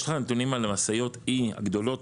יש לך נתונים על משאיות E הגדולות,